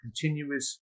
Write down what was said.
continuous